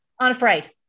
unafraid